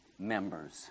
Members